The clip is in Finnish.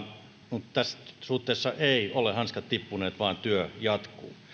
tässä suhteessa eivät ole hanskat tippuneet vaan työ jatkuu